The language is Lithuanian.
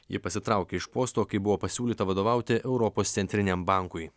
ji pasitraukė iš posto kai buvo pasiūlyta vadovauti europos centriniam bankui